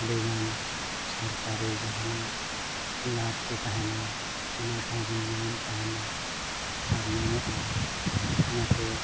ᱟᱹᱰᱤᱜᱟᱱ ᱥᱚᱨᱠᱟᱨᱤ ᱡᱟᱦᱟᱱᱟᱜ ᱞᱟᱵᱷ ᱠᱚ ᱛᱟᱦᱮᱱᱟ ᱚᱱᱟ ᱠᱚᱦᱚᱸ ᱵᱚᱱ ᱧᱟᱢ ᱛᱟᱦᱮᱱᱟ ᱟᱨ ᱧᱟᱢᱚᱜᱼᱟ ᱚᱱᱟᱛᱮ